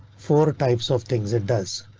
four types of things it does.